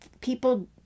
people